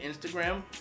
Instagram